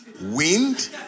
wind